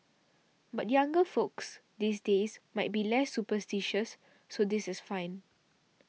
but younger folks these days might be less superstitious so this is fine